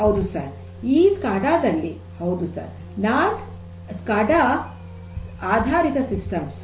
ಹೌದು ಸರ್ ಆ ಸ್ಕಾಡಾ ದಲ್ಲಿ ಹೌದು ಸರ್ ಸ್ಕಾಡಾ ಆಧಾರಿತ ಸಿಸ್ಟಮ್ಸ್